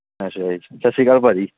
ਅੱਛਾ ਜੀ ਸਤਿ ਸ਼੍ਰੀ ਅਕਾਲ ਭਾਅ ਜੀ